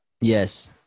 Yes